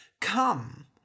Come